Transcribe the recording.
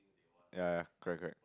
ya crack crack